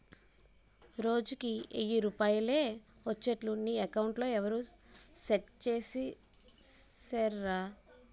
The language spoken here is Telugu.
రోజుకి ఎయ్యి రూపాయలే ఒచ్చేట్లు నీ అకౌంట్లో ఎవరూ సెట్ సేసిసేరురా